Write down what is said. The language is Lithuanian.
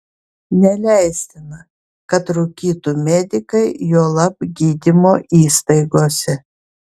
neleistina kad rūkytų medikai juolab gydymo įstaigose